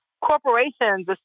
corporations